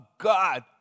God